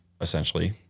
essentially